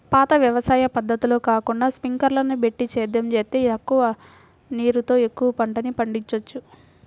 పాత వ్యవసాయ పద్ధతులు కాకుండా స్పింకర్లని బెట్టి సేద్యం జేత్తే తక్కువ నీరుతో ఎక్కువ పంటని పండిచ్చొచ్చు